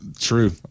True